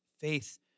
Faith